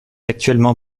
actuellement